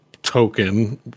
token